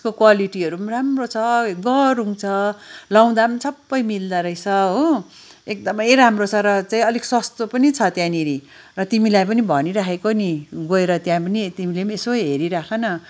त्यसको क्वालिटीहरू राम्रो गह्रौँ छ लाउदाम छप्पै मिल्दा रहेछ हो एकदमै राम्रो छ र चाहिँ अलिक सस्तो पनि छ त्यहाँनिर र तिमीलाई पनि भनिराखेको नि गएर त्यहाँ पनि तिमालेम यसो हेरिराख न